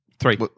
Three